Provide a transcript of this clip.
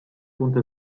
punto